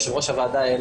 היושב-ראש,